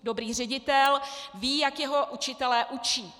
Dobrý ředitel ví, jak jeho učitelé učí.